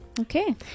Okay